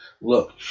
Look